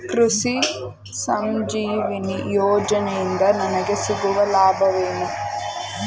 ಕೃಷಿ ಸಂಜೀವಿನಿ ಯೋಜನೆಯಿಂದ ನನಗೆ ಸಿಗುವ ಲಾಭವೇನು?